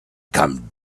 come